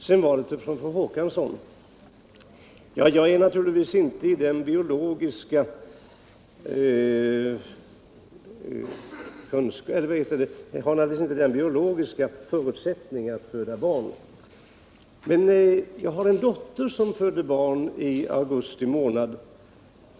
Sedan vill jag säga till fru Håkansson: Jag har naturligtvis inte biologiska förutsättningar att föda barn. Men jag har en dotter som födde barn i augusti månad.